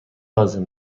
لازم